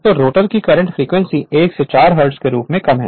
तो रोटर की current frequency 1 से 4 हर्ट्ज के रूप में कम है